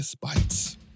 bites